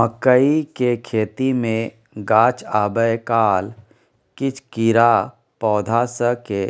मकई के खेती मे गाछ आबै काल किछ कीरा पौधा स के